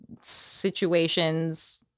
situations